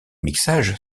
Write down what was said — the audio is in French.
mixage